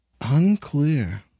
Unclear